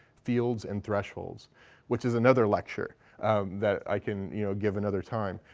fields, and thresholds which is another lecture that i can, you know, give another time.